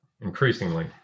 increasingly